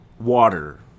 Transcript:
Water